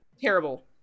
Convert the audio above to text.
Terrible